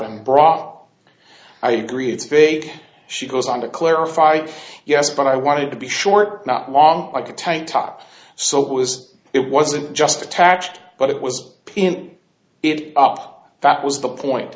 and bra i agree it's vague she goes on to clarify yes but i wanted to be short not long like a tank top so it was it wasn't just attached but it was in it up that was the point